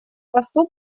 посту